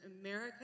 America